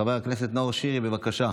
חבר הכנסת נאור שירי, בבקשה,